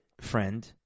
friend